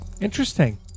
Interesting